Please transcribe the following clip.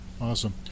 awesome